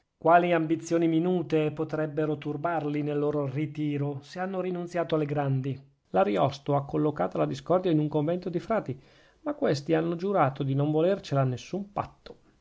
quali ambizioni minute potrebbero turbarli nel loro ritiro se hanno rinunziato alle grandi l'ariosto ha collocata la discordia in un convento di frati ma questi hanno giurato di non volercela a nessun patto